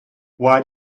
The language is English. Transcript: why